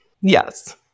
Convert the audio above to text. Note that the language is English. Yes